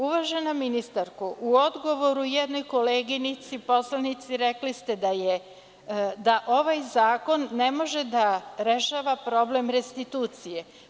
Uvažena ministarko u odgovoru jednoj koleginici poslanici rekli ste da ovaj zakon ne može da rešava problem restitucije.